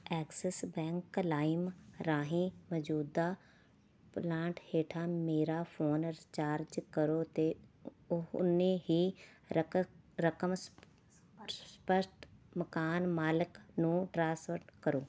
Axis Bank Lime ਰਾਹੀਂ ਮੌਜੂਦਾ plan ਹੇਠਾਂ ਮੇਰਾ ਫ਼ੋਨ ਰੀਚਾਰਜ ਕਰੋ ਅਤੇ ਉਨੀ ਹੀ ਰਕਮ ਸਪੱਸ਼ਟ ਮਕਾਨ ਮਾਲਕ ਨੂੰ ਟ੍ਰਾਂਸਫ਼ਰ ਕਰੋ